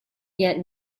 yet